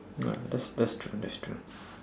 uh that's that's true that's true